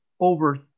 over